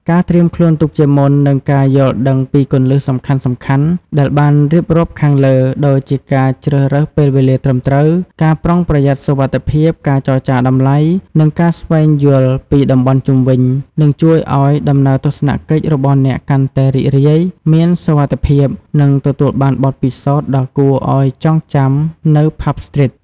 ការត្រៀមខ្លួនទុកជាមុន និង ការយល់ដឹងពីគន្លឹះសំខាន់ៗ ដែលបានរៀបរាប់ខាងលើ ដូចជាការជ្រើសរើសពេលវេលាត្រឹមត្រូវ ការប្រុងប្រយ័ត្នសុវត្ថិភាព ការចរចាតម្លៃ និងការស្វែងយល់ពីតំបន់ជុំវិញ នឹងជួយឲ្យ ដំណើរទស្សនកិច្ចរបស់អ្នកកាន់តែរីករាយ មានសុវត្ថិភាព និងទទួលបានបទពិសោធន៍ដ៏គួរឲ្យចងចាំ នៅ ផាប់ ស្ទ្រីត ។